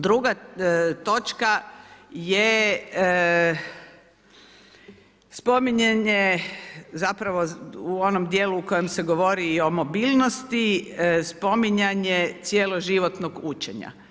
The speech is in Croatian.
Druga točka je spominjanje zapravo u onom djelu u kojem se govori o mobilnosti, spominjanje cjeloživotnog učenja.